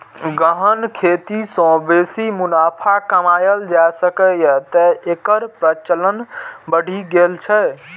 गहन खेती सं बेसी मुनाफा कमाएल जा सकैए, तें एकर प्रचलन बढ़ि गेल छै